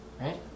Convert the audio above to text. Right